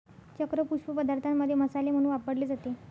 चक्र पुष्प पदार्थांमध्ये मसाले म्हणून वापरले जाते